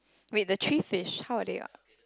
wait the three fish how are they a~